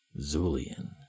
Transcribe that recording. Zulian